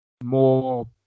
more